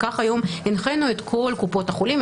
וכך היום הנחינו את כל קופות החולים,